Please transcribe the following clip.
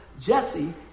Jesse